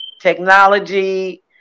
technology